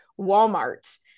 Walmart